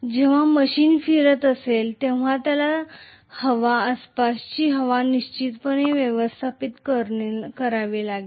जेव्हा मशीन फिरत असेल तेव्हा त्याला हवा आसपासची हवा निश्चितपणे विस्थापित करावी लागेल